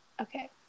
Okay